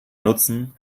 nutzen